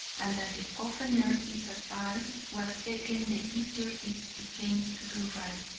and that the oftener this advice was taken the easier it became to do right,